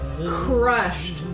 Crushed